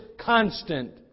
constant